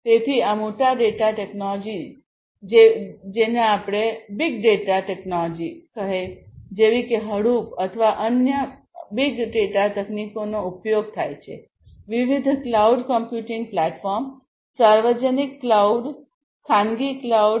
તેથી આ મોટા ડેટા ટેક્નોલોજી જેવી કે હડૂપ અથવા અન્ય અન્ય બિગ ડેટા તકનીકોનો ઉપયોગ થાય છે વિવિધ ક્લાઉડ કમ્પ્યુટિંગ પ્લેટફોર્મ સાર્વજનિક કલાઉડ ખાનગી કલાઉડ